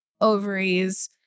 ovaries